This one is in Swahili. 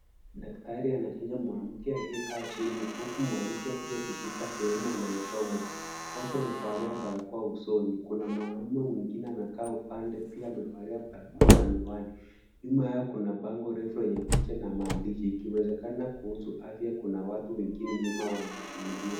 Daktari anachanja mwanamke aliyekaa chini huku mwanamke huyu akishika sehemu anayo chomwa. Watu wamevalia barakoa usoni. Kuna mwanaume mwingine amekaa upande pia amevalia barakoa na miwani. Nyuma yao kuna bango refu lenye picha na maandishi ikiwezekana kuhusu afya. Kuna watu wengine nyuma wanashuhudia.